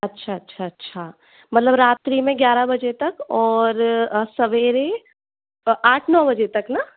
अच्छा अच्छा अच्छा मतलब रात्री में ग्यारह बजे तक और सवेरे आठ नौ बजे तक ना